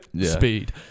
speed